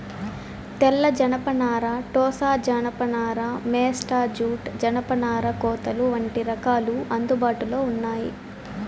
తెల్ల జనపనార, టోసా జానప నార, మేస్టా జూట్, జనపనార కోతలు వంటి రకాలు అందుబాటులో ఉన్నాయి